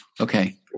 Okay